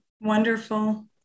wonderful